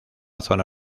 zona